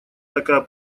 такая